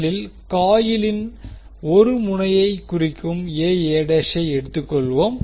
முதலில் காயிலின் 1 முனையைக் குறிக்கும் ஐ எடுத்துக்கொள்வோம்